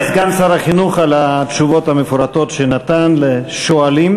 תודה לסגן שר החינוך על התשובות המפורטות שנתן לשואלים.